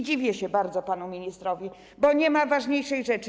Dziwię się bardzo panu ministrowi, bo nie ma ważniejszej rzeczy.